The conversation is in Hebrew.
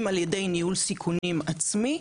אם על ידי ניהול סיכונים עצמי,